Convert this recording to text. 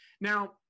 Now